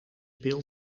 pil